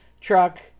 truck